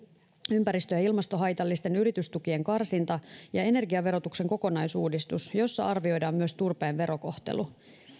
ympäristö ja ilmastohaitallisten yritystukien karsinta ja energiaverotuksen kokonaisuudistus jossa arvioidaan myös turpeen verokohtelu